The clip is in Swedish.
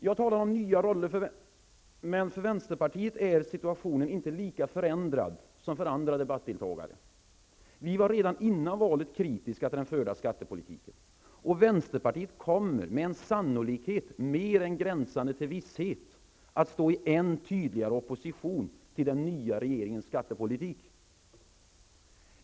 Jag talar om nya roller, men för vänsterpartiet är situationen inte lika förändrad som för andra debattdeltagare. Vi var redan före valet kritiska till den förda skattepolitiken. Och vänsterpartiet kommer med en sannolikhet mer än gränsande till visshet att stå i en än tydligare opposition till den nya regeringens skattepolitik.